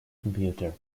computer